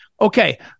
Okay